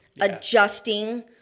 adjusting